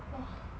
!wah!